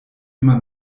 immer